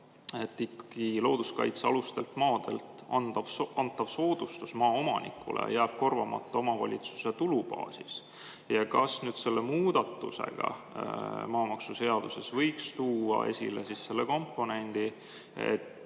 et looduskaitsealustelt maadelt antav soodustus maaomanikule jääb korvamata omavalitsuste tulubaasis? Ja kas selle muudatusega maamaksuseaduses võiks tuua esile selle komponendi,